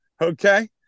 Okay